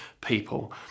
people